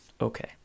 Okay